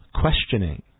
questioning